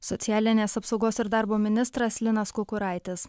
socialinės apsaugos ir darbo ministras linas kukuraitis